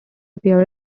appear